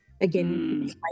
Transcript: again